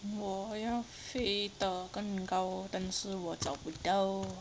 我要飞的更高但是我找不到